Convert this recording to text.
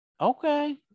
Okay